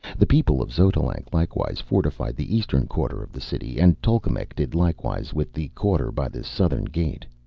the people of xotalanc likewise fortified the eastern quarter of the city, and tolkemec did likewise with the quarter by the southern gate.